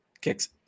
kicks